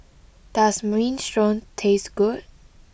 does Minestrone taste good